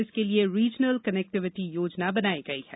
इसके लिये रिजनल कनेक्टिविटी योजना बनाई गई है